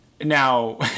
now